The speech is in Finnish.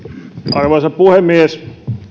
arvoisa puhemies